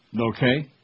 Okay